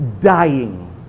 dying